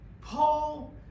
Paul